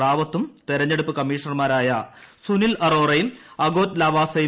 റാവത്തും തെരഞ്ഞെടുപ്പ് കമ്മീഷണർമൂര്യ സുനിൽ അറോറയും അഗോറ്റ് ലാവാസയും